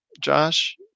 Josh